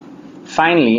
finally